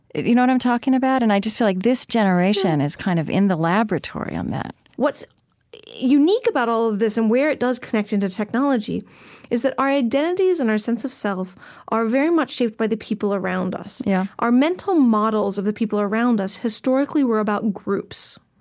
you know what i'm talking about? and i just feel like this generation is kind of in the laboratory on that what's unique about all of this and where it does connect into technology is that our identities and our sense of self are very much shaped by the people around us. yeah our mental models of the people around us, historically, were about groups.